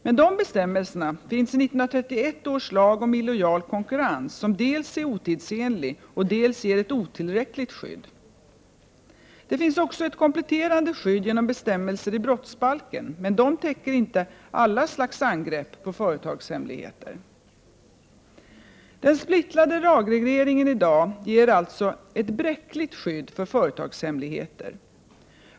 Men de bestämmelserna finns i 1931 års lag om illojal konkurrens som dels är otidsenlig, dels ger ett otillräckligt skydd. Det finns också ett kompletterande skydd genom bestämmelser i brottsbalken, men de täcker inte alla slags angrepp på företagshemligheter. Den splittrade lagregleringen i dag ger alltså ett bräckligt skydd för företagshemligheter.